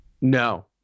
No